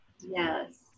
Yes